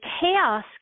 chaos